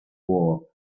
war